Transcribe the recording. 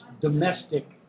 domestic